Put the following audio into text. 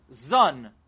Zun